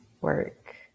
work